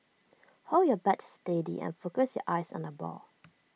hold your bat steady and focus your eyes on the ball